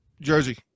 Jersey